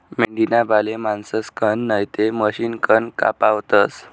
मेंढीना बाले माणसंसकन नैते मशिनकन कापावतस